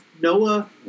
Noah